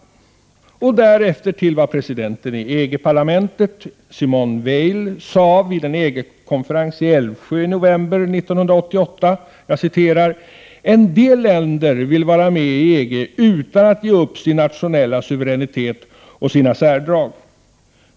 Därefter hänvisas till vad presidenten i EG-parlamentet, Simone Veil, sade vid en EG-konferens i Älvsjö i november 1988: ”En del länder vill vara med i EG utan att ge upp sin nationellla suveränitet och sina särdrag.